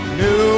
new